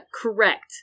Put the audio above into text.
correct